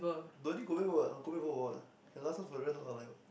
don't need go back work go back home or what can last long for rest of the life